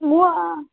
ಮೂವಾ